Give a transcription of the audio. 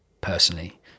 personally